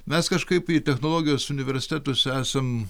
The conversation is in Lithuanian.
mes kažkaip į technologijos universitetus esam